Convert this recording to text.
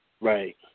Right